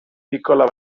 piccola